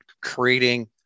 creating